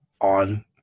on